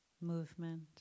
movement